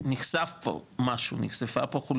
שנחשפה פה חולשה